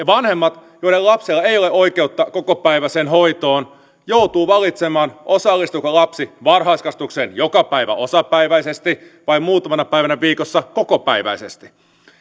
vanhemmat joiden lapsilla ei ole oikeutta kokopäiväiseen hoitoon joutuvat valitsemaan osallistuuko lapsi varhaiskasvatukseen joka päivä osapäiväisesti vai muutamana päivänä viikossa kokopäiväisesti